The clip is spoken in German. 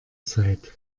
zeit